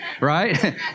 right